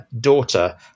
Daughter